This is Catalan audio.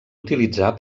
utilitzar